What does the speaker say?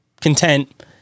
content